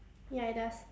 ya it does